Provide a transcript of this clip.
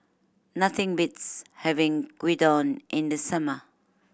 nothing beats having Gyudon in the summer